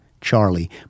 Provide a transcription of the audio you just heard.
Charlie